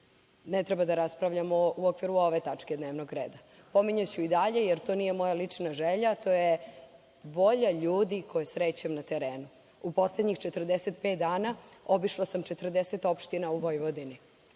ne treba da raspravljamo u okviru ove tačke dnevnog reda. Pominjaću i dalje, jer to nije moja lična želja, to je volja ljudi koje srećem na terenu. U poslednjih 45 dana obišla sam 40 opština u Vojvodini.